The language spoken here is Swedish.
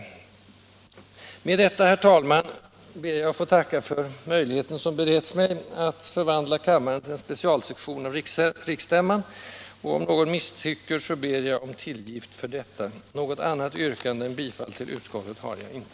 Onsdagen den Med detta, herr talman, ber jag att få tacka för möjligheten som beretts 1 december 1976 mig att förvandla kammaren till en specialsektion av riksstämman, och I om någon misstycker ber jag om tillgift. Något annat yrkande än bifall — Vissa alkoholoch till utskottets hemställan har jag inte.